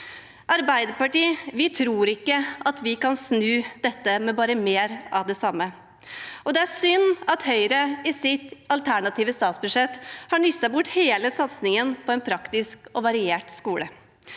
Arbeiderpartiet tror ikke at vi kan snu dette med bare mer av det samme, og det er synd at Høyre i sitt alternative statsbudsjett har nisset bort hele satsingen på en praktisk og variert skole.